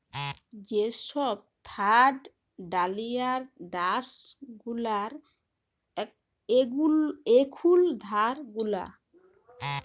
যে সব থার্ড ডালিয়ার ড্যাস গুলার এখুল ধার গুলা